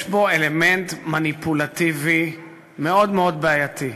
יש בו אלמנט מניפולטיבי מאוד מאוד בעייתי.